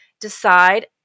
decide